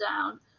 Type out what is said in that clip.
down